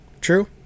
True